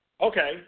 Okay